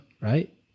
Right